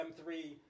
M3